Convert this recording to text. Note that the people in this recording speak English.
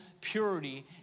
purity